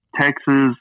Texas